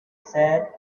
said